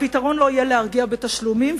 והפתרון לא יהיה להרגיע בתשלומים,